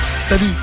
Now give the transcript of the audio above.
salut